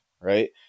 Right